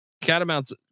Catamounts